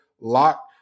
LOCK